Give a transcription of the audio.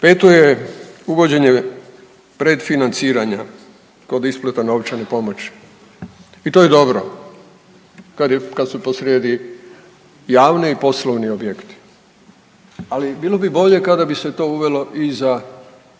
Peto je uvođenje predfinanciranja kod isplata novčane pomoći i to je dobro kad su posrijedi javni i poslovni objekti, ali bilo bi bolje kada bi se to uvelo i za